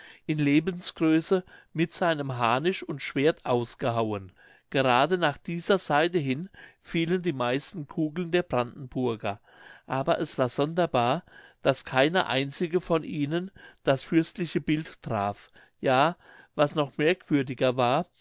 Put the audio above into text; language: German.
in lebensgröße mit seinem harnisch und schwert ausgehauen gerade nach dieser seite hin fielen die meisten kugeln der brandenburger aber es war sonderbar daß keine einzige von ihnen das fürstliche bild traf ja was noch merkwürdiger war